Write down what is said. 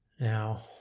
Now